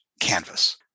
canvas